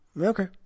Okay